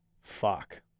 fuck